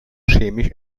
chemisch